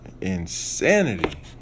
insanity